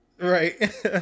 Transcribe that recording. Right